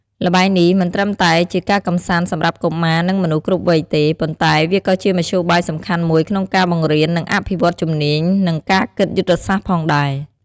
ល្បែងនេះមិនត្រឹមតែជាការកម្សាន្តសម្រាប់កុមារនិងមនុស្សគ្រប់វ័យទេ ប៉ុន្តែវាក៏ជាមធ្យោបាយសំខាន់មួយក្នុងការបង្រៀន និងអភិវឌ្ឍជំនាញ និងគិតយុទ្ធសាស្ត្រផងដែរ។